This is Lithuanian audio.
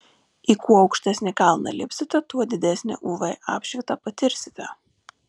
į kuo aukštesnį kalną lipsite tuo didesnę uv apšvitą patirsite